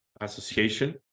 association